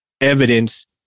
evidence